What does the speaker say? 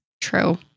True